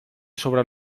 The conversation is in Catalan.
sobre